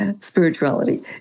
Spirituality